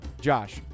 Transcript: Josh